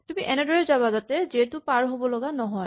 তুমি এনেদৰে যাবা যাতে জে টো পাৰ হ'ব লগা নহয়